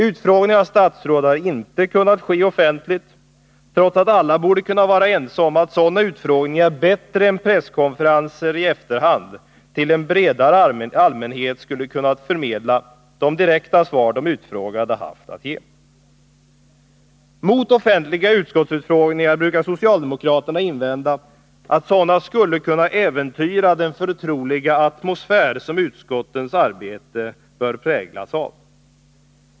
Utfrågningar av statsråd har inte kunnat ske offentligt, trots att alla borde kunna vara ense om att sådana utfrågningar bättre än presskonferenser i efterhand till en bredare allmänhet skulle ha kunnat förmedla de direkta svar som de utfrågade haft att ge. Mot offentliga utskottsutfrågningar brukar socialdemokraterna invända att sådana skulle kunna äventyra den förtroliga atmosfär som utskottens arbete bör präglas av.